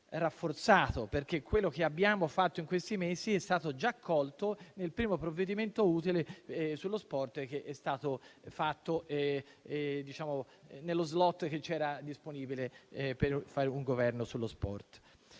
rafforzato, perché quello che abbiamo fatto in questi mesi è stato già accolto nel primo provvedimento utile sullo sport nello *slot* che era disponibile per realizzare un governo sullo sport.